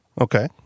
Okay